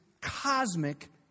cosmic